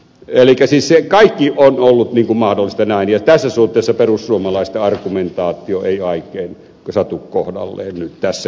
elikkä se kaikki on ollut mahdollista näin ja tässä suhteessa perussuomalaisten argumentaatio ei oikein satu kohdalleen tässä keskustelussa